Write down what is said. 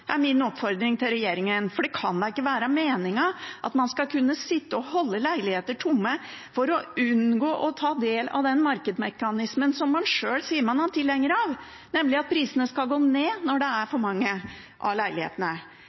er min oppfordring til regjeringen. For det kan da ikke være meningen at man skal kunne holde leiligheter tomme for å unngå å ta del i den markedsmekanismen som man sjøl sier man er tilhenger av, nemlig at prisene går ned når det er for mange